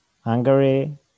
Hungary